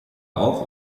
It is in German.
auch